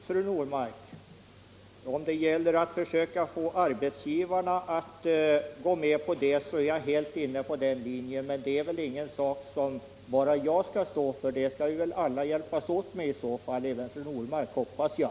Fru talman! Jo, om det gäller, fru Normark, att försöka få arbetsgivarna att gå med på detta ansluter jag mig till det kravet. Men det är väl inte något som bara jag skall stå för. Det är väl något som vi skall hjälpas åt med — även fru Normark, hoppas jag.